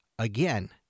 Again